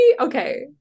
okay